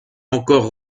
encore